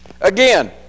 Again